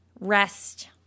Rest